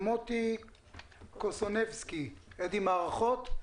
מוטי קוסובסקי מחברת א.ד.י מערכות.